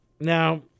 Now